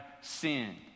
sinned